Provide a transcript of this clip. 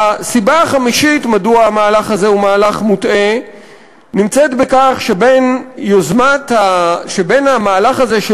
הסיבה החמישית מדוע המהלך הזה הוא מהלך מוטעה נמצאת בכך שבין המהלך הזה,